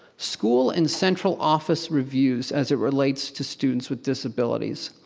school and central office reviews as it relates to students with disabilities.